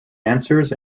answers